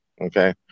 Okay